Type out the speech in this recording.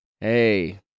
Hey